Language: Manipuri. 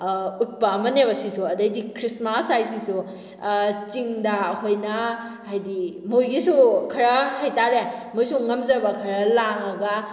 ꯎꯠꯄ ꯑꯃꯅꯦꯕ ꯁꯤꯁꯨ ꯑꯗꯩꯗꯤ ꯈ꯭ꯔꯤꯁꯃꯥꯁ ꯍꯥꯏꯁꯤꯁꯨ ꯆꯤꯡꯗ ꯑꯩꯈꯣꯏꯅ ꯍꯥꯏꯗꯤ ꯃꯣꯏꯒꯤꯁꯨ ꯈꯔ ꯍꯥꯏ ꯇꯥꯔꯦ ꯃꯣꯏꯁꯨ ꯉꯝꯖꯕ ꯈꯔ ꯂꯥꯡꯉꯒ